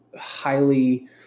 highly